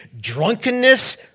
drunkenness